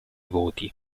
voti